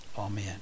Amen